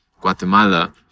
Guatemala